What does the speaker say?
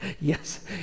Yes